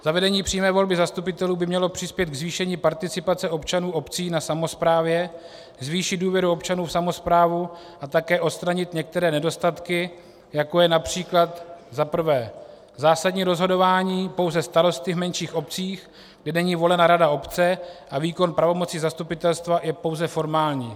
Zavedení přímé volby zastupitelů by mělo přispět k zvýšení participace občanů obcí na samosprávě, zvýšit důvěru občanů v samosprávu a také odstranit některé nedostatky, jako je například za prvé zásadní rozhodování pouze starosty v menších obcích, kde není volena rada obce a výkon pravomoci zastupitelstva je pouze formální;